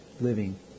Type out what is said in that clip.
living